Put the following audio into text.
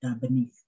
beneath